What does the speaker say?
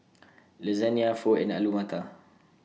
Lasagna Pho and Alu Matar